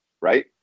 Right